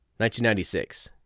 1996